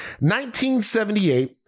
1978